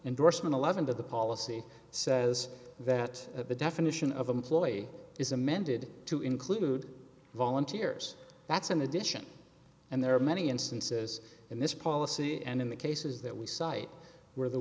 endorsement eleven that the policy says that the definition of employee is amended to include volunteers that's in addition and there are many instances in this policy and in the cases that we cite where the